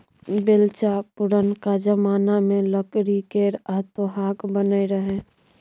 बेलचा पुरनका जमाना मे लकड़ी केर आ लोहाक बनय रहय